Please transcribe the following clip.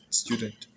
student